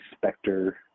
specter